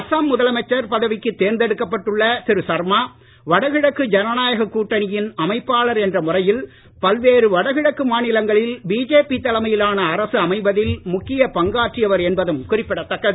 அசாம் முதலமைச்சர் பதவிக்கு தேர்ந்தெடுக்கப்பட்டுள்ள திரு சர்மா வடகிழக்கு ஜனநாயக கூட்டணியின் அமைப்பாளர் என்ற முறையில் பல்வேறு வடகிழக்கு மாநிலங்களில் பிஜேபி தலைமையிலான அரசு அமைவதில் முக்கிய பங்காற்றியவர் என்பதும் குறிப்பிடதக்கது